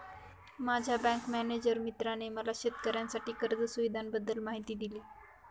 माझ्या bank manager मित्राने मला शेतकऱ्यांसाठी कर्ज सुविधांबद्दल माहिती दिली